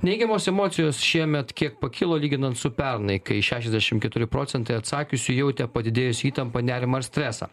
neigiamos emocijos šiemet kiek pakilo lyginant su pernai kai šešiasdešim keturi procentai atsakiusių jautė padidėjusią įtampą nerimą ar stresą